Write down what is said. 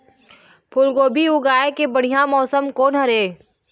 फूलगोभी उगाए के बढ़िया मौसम कोन हर ये?